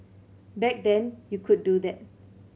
back then you could do that